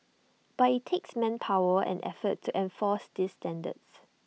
but IT takes manpower and effort to enforce these standards